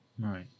Right